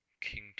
King